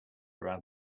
around